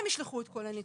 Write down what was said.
הם ישלחו את כל הנתונים,